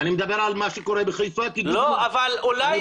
אני דבר על מה שקורה בחיפה --- אבל אולי